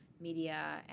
media